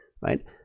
right